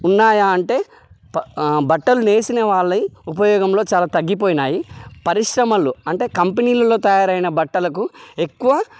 ఉన్నాయా అంటే ప బట్టలు నేసిన వాళ్ళవి ఉపయోగంలో చాలా తగ్గిపోయినాయి పరిశ్రమలు అంటే కంపెనీలలో తయారైన బట్టలకు ఎక్కువ